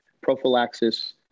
prophylaxis